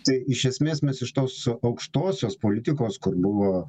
tai iš esmės mes iš tos aukštosios politikos kur buvo